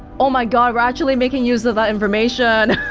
oh, my god, we're actually making use of that information